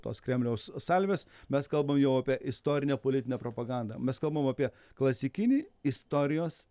tos kremliaus salvės mes kalbam jau apie istorinę politinę propagandą mes kalbam apie klasikinį istorijos